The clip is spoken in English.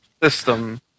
System